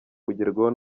kugerwaho